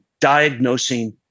Diagnosing